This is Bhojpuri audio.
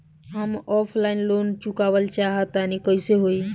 हम ऑफलाइन लोन चुकावल चाहऽ तनि कइसे होई?